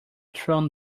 thrown